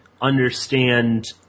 understand